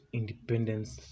independence